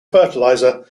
fertilizer